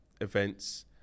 events